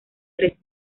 tres